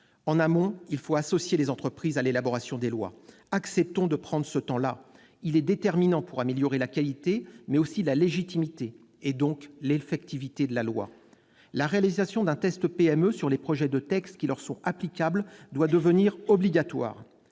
En amont, il faut associer les entreprises à l'élaboration des lois : acceptons de prendre ce temps-là, car il est déterminant pour améliorer non seulement la qualité, mais aussi la légitimité, et donc l'effectivité de la loi. La réalisation d'un test PME sur les projets de textes qui leur sont applicables doit devenir obligatoire.